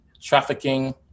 trafficking